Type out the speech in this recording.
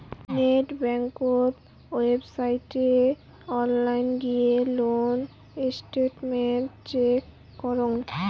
net বেংকত ওয়েবসাইটে online গিয়ে লোন স্টেটমেন্ট চেক করং